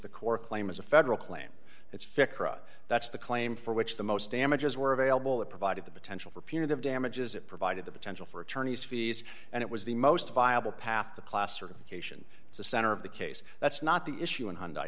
the core claim is a federal claim it's that's the claim for which the most damages were available it provided the potential for punitive damages it provided the potential for attorney's fees and it was the most viable path to placer cation is the center of the case that's not the issue and